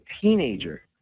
teenager